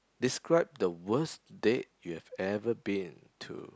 describe the worst date you have ever been to